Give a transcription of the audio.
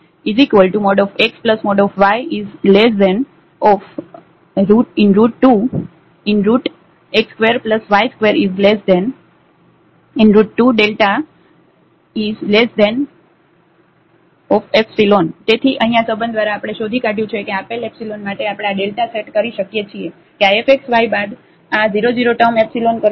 xy2x|y|xy2x2y22δϵ તેથી અહીં આ સંબંધ દ્વારા આપણે શોધી કાઢ્યું છે કે આપેલ એપ્સીલોન માટે આપણે આ Δ સેટ કરી શકીએ છીએ કે આ f xy બાદ આ 0 0 ટર્મ એપ્સિલોન કરતા ઓછી છે